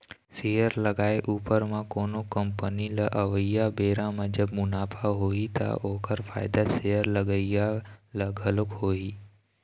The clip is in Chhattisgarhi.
सेयर लगाए उपर म कोनो कंपनी ल अवइया बेरा म जब मुनाफा होही ता ओखर फायदा शेयर लगइया ल घलोक होही